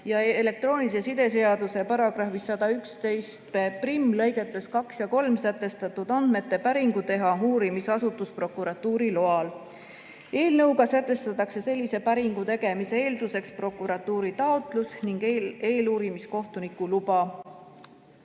ja elektroonilise side seaduse § 1111lõigetes 2 ja 3 sätestatud andmete päringu teha uurimisasutus prokuratuuri loal. Eelnõuga sätestatakse sellise päringu tegemise eelduseks prokuratuuri taotlus ning eeluurimiskohtuniku luba,